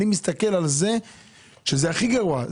אני מסתכל על זה וזה הכי גרוע.